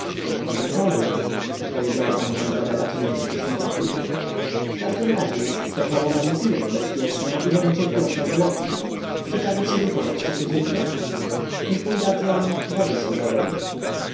może chory odpowiedziała panna izabela czując jakiś niepokój w każdym razie jestto choroba nietyle niebezpieczna ile niecierpiąca zwłoki czy każesz sobie co podać kuzynko niech mi dadzą wody sodowej